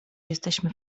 jesteśmy